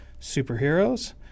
superheroes